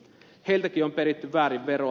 heiltäkin on peritty väärin veroa